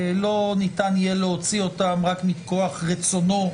לא ניתן יהיה להוציא אותם רק מכוח רצונו,